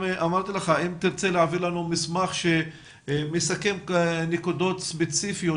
אם תרצה להעביר אלינו מסמך שמסכם נקודות ספציפיות